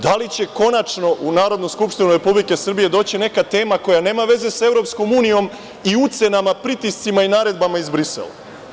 Da li će konačno u Narodnu skupštinu Republike Srbije doći neka tema koja nema veze sa EU i ucenama, pritiscima i naredbama iz Brisela?